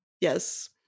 Yes